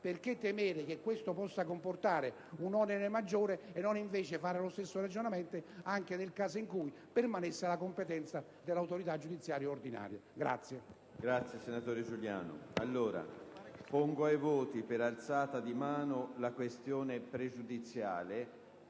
perché temere che questo possa comportare un onere maggiore e non fare, invece, lo stesso ragionamento nel caso in cui permanesse la competenza dell'autorità giudiziaria ordinaria.